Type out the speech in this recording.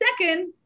second